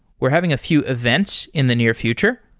we're having a few events in the near future.